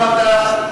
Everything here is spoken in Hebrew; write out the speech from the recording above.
גם אתה?